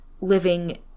living